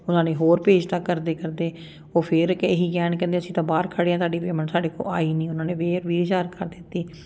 ਉਹਨਾਂ ਨੇ ਹੋਰ ਭੇਜਤਾ ਕਰਦੇ ਕਰਦੇ ਉਹ ਫਿਰ ਇੱਕ ਇਹੀ ਕਹਿਣ ਕਹਿੰਦੇ ਅਸੀਂ ਤਾਂ ਬਾਹਰ ਖੜ੍ਹੇ ਹਾਂ ਤੁਹਾਡੀ ਪੇਮੈਂਟ ਸਾਡੇ ਕੋਲ ਆਈ ਨਹੀਂ ਉਹਨਾਂ ਨੇ ਫਿਰ ਵੀਹ ਹਜ਼ਾਰ ਕਰ ਦਿੱਤੀ